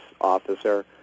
officer